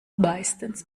meistens